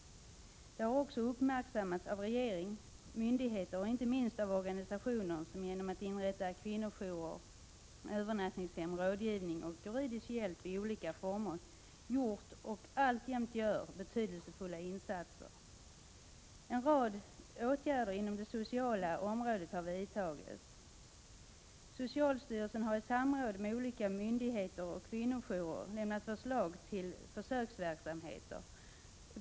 Detta har också uppmärksammats av regering, myndigheter och inte minst av organisationer som genom att inrätta kvinnojourer, övernattningshem, rådgivning och juridisk hjälp i olika former gjort och alltjämt gör betydelsefulla insatser. En rad åtgärder inom det sociala området har vidtagits. Socialstyrelsen har i samråd med olika myndigheter och kvinnojourer lämnat förslag till försöksverksamheter.